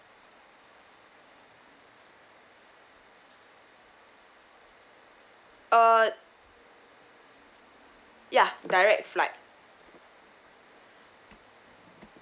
uh ya direct flight